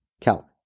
Cal